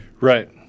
Right